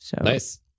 Nice